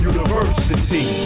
University